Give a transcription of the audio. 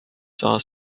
saa